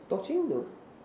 torching no